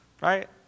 Right